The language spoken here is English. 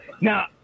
Now